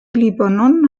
libanon